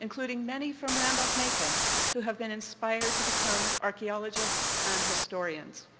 including many from randolph-macon how have been inspired to become archaeologists and historians.